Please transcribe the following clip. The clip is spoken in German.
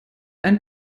ein